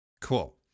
Cool